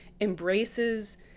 embraces